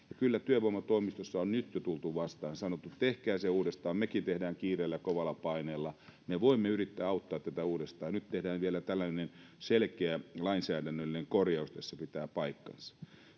kyllä työvoimatoimistoissa on jo nyt tultu vastaan ja sanottu että tehkää se uudestaan mekin tehdään kiireellä kovalla paineella me voimme yrittää auttaa teitä uudestaan nyt tehdään vielä tällainen selkeä lainsäädännöllinen korjaus se pitää paikkansa